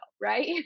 right